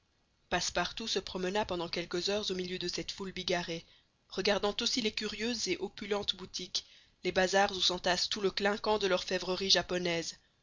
passepartout se promena pendant quelques heures au milieu de cette foule bigarrée regardant aussi les curieuses et opulentes boutiques les bazars où s'entasse tout le clinquant de l'orfèvrerie japonaise